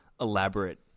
elaborate